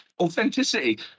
authenticity